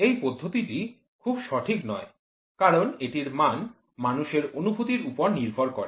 এই পদ্ধতিটি খুব সঠিক নয় কারণ এটির মান মানুষের অনুভূতির উপর নির্ভর করে